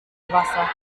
wasser